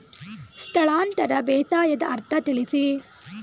ಸ್ಥಳಾಂತರ ಬೇಸಾಯದ ಅರ್ಥ ತಿಳಿಸಿ?